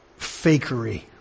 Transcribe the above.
fakery